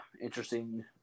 interesting